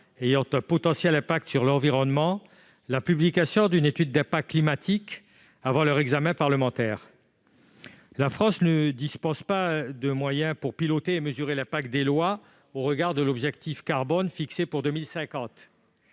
sur l'environnement, l'obligation de la publication d'une étude d'impact climatique avant leur examen parlementaire. La France ne dispose pas de moyens permettant de piloter et de mesurer l'impact des lois au regard de l'objectif carbone fixé pour 2050.